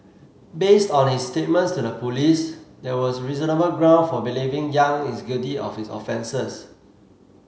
based on his statements to the police there was reasonable ground for believing Yang is guilty of his offences